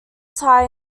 thai